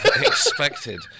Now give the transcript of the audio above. expected